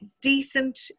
decent